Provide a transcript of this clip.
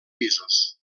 pisos